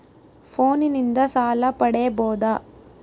ಫೋನಿನಿಂದ ಸಾಲ ಪಡೇಬೋದ?